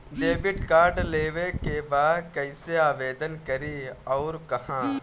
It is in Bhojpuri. डेबिट कार्ड लेवे के बा कइसे आवेदन करी अउर कहाँ?